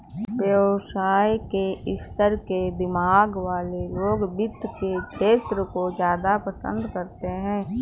व्यवसाय के स्तर के दिमाग वाले लोग वित्त के क्षेत्र को ज्यादा पसन्द करते हैं